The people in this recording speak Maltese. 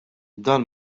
dak